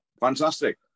Fantastic